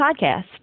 podcast